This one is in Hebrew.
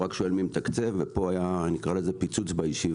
הוא רק שואל מי מתקצב; ופה היה אני אקרא לזה פיצוץ בישיבה,